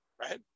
Right